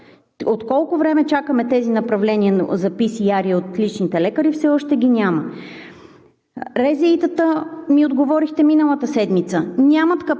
От колко време чакаме тези направления за PCR от личните лекари и все още ги няма? РЗИ-тата, ми отговорихте миналата седмица, нямат капацитет